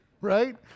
Right